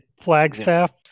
Flagstaff